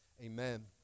Amen